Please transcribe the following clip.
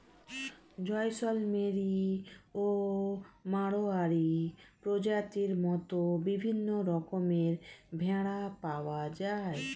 জয়সলমেরি ও মাড়োয়ারি প্রজাতির মত বিভিন্ন রকমের ভেড়া পাওয়া যায়